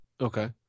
Okay